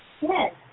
Yes